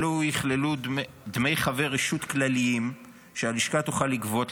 אלו יכללו דמי חבר רשות כלליים שהלשכה תוכל לגבות,